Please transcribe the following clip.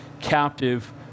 captive